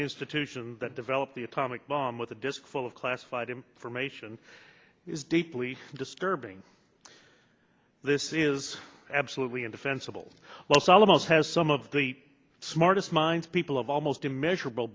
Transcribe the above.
an institution that developed the atomic bomb with a disk full of classified information is deeply disturbing this is absolutely indefensible los alamos has some of the smartest minds people of almost immeasurable